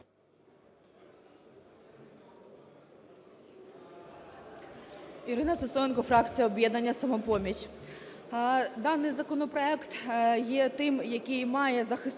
Ірина Сисоєнко, фракція "Об'єднання "Самопоміч". Даний законопроект є тим, який має захистити